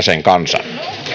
sen kansan